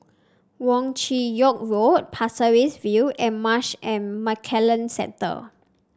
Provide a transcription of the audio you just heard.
Wong Chin Yoke Road Pasir Ris View and Marsh and McLennan Centre